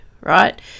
right